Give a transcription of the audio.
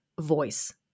voice